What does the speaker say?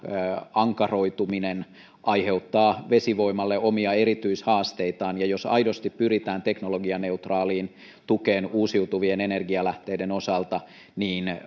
ankaroituminen aiheuttaa vesivoimalle omia erityishaasteitaan ja jos aidosti pyritään teknologianeutraaliin tukeen uusiutuvien energialähteiden osalta niin